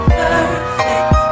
perfect